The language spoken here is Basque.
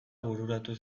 bururatu